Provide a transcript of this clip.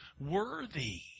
worthy